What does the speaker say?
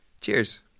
Cheers